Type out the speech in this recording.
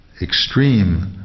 extreme